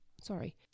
sorry